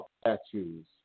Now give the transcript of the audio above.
statues